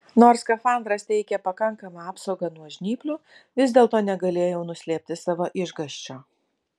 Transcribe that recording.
nors skafandras teikė pakankamą apsaugą nuo žnyplių vis dėlto negalėjau nuslėpti savo išgąsčio